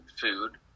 food